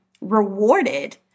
rewarded